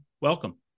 welcome